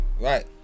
Right